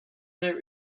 minute